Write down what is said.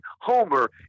Homer